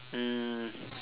mm